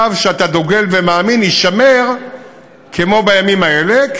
הקו שאתה דוגל ומאמין בו יישמר כמו בימים האלה,